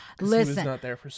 Listen